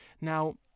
Now